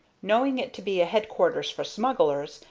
knowing it to be a headquarters for smugglers,